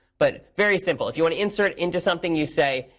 but very simple, if you want to insert into something, you say,